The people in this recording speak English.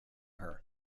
her